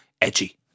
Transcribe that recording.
edgy